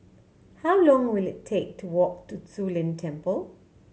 how long will it take to walk to Zu Lin Temple